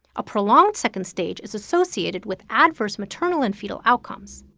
a prolonged second stage is associated with adverse maternal and fetal outcomes.